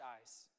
eyes